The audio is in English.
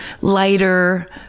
Lighter